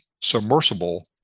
submersible